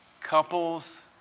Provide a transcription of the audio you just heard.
couples